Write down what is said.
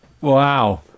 wow